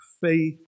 faith